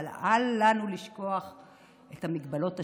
אבל אל לנו לשכוח את המגבלות השקופות,